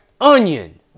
onion